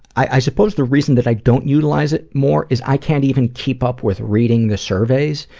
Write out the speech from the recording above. i i suppose the reason that i don't utilize it more is i can't even keep up with reading the surveys,